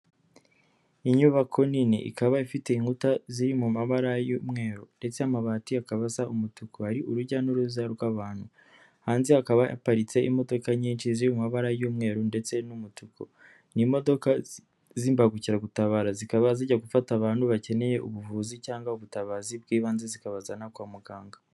Inyubako nini ikaba ifite inkuta ziri mu mabara y'umweru ndetse amabati akabaza umutuku, hari urujya n'uruza rw'abantu, hanze hakaba haparitse imodoka nyinshi ziri mu mabara y'umweru ndetse n'umutuku, n'imodoka z'imbagukiragutabara zikaba zijya gufata abantu bakeneye ubuvuzi cyangwa ubutabazi bw'ibanze zikabazana kwa muganga.